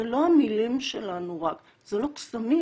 זה לא המילים שלנו רק, זה לא קסמים.